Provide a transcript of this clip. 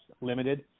limited